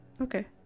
Okay